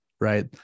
right